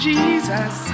Jesus